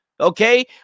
Okay